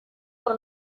por